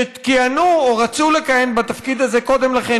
שכיהנו או רצו לכהן בתפקיד הזה קודם לכן,